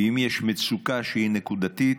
ואם יש מצוקה שהיא נקודתית,